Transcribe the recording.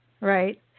right